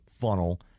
funnel